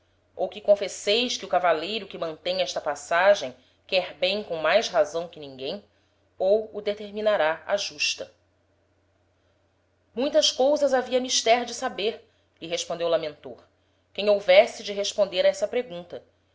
ou que confesseis que o cavaleiro que mantem esta passagem quer bem com mais razão que ninguem ou o determinará a justa muitas cousas havia mister de saber lhe respondeu lamentor quem houvesse de responder a essa pregunta